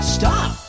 Stop